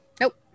Nope